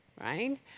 right